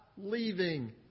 Leaving